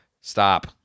Stop